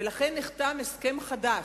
ונחתם הסכם חדש,